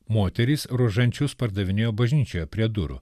moterys rožančius pardavinėjo bažnyčioje prie durų